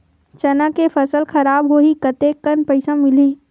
चना के फसल खराब होही कतेकन पईसा मिलही?